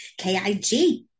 KIG